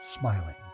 smiling